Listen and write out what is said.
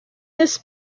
this